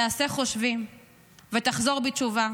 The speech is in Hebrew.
תעשה חושבים ותחזור בתשובה,